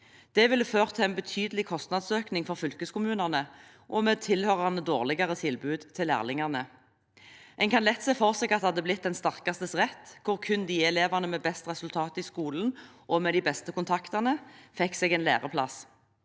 Det ville ha ført til en betydelig kostnadsøkning for fylkeskommunene og tilhørende dårligere tilbud til lærlingene. En kan lett se for seg at det hadde blitt den sterkestes rett, hvor kun elevene med best resultater i skolen og med de beste kontaktene fikk seg en læreplass.